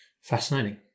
Fascinating